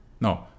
No